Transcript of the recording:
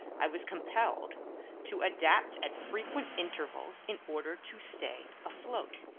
i was compelled to adapt at frequent intervals in order to stay afloat.